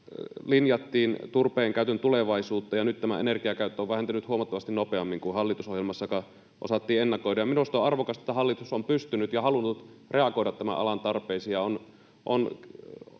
linjattiin turpeenkäytön tulevaisuutta, ja nyt tämä energiakäyttö on vähentynyt huomattavasti nopeammin kuin hallitusohjelmassakaan osattiin ennakoida. Minusta on arvokasta, että hallitus on pystynyt reagoimaan ja halunnut reagoida tämän alan tarpeisiin